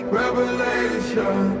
revelation